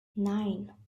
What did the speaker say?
nine